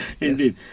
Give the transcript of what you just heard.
Indeed